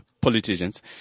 politicians